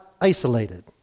isolated